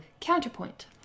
counterpoint